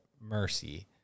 Mercy